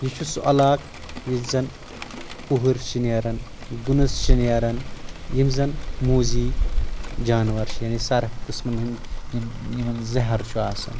یہِ چھُ سُہ علاقہٕ ییٚتہِ زن پُہٕر چھِ نیران گُنٕس چھِ نیران یِم زن موٗزی جانور چھِ یعنی سرپھ قٕسمن ہٕنٛدۍ یِم یِمن زہر چھُ آسان